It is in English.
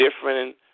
different